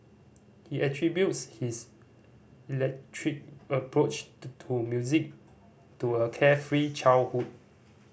he attributes his eclectic approach to music to a carefree childhood